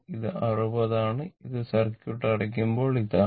ഇത് 60 ആണ് അത് സർക്യൂട്ട് അടയ്ക്കുമ്പോൾ ഇതാണ്